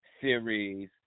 series